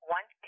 One